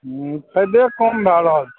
हूँ फायदे कम भए रहल